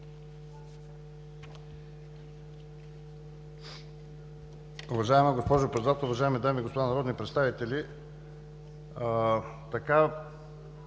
Уважаема госпожо Председател, уважаеми дами и господа народни представители! Така